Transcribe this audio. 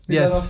Yes